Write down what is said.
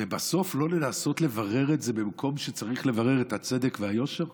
ובסוף לא לנסות לברר את זה במקום שצריך לברר את הצדק והיושר?